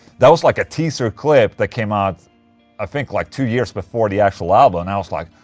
that was like a teaser clip that came out i think like two years before the actual album and i was like.